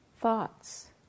thoughts